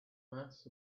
mass